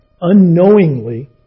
unknowingly